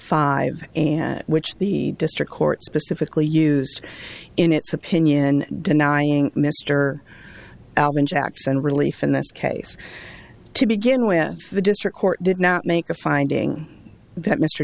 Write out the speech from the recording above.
five and which the district court specifically used in its opinion denying mister jackson relief in this case to begin with the district court did not make a finding that mr